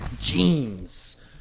jeans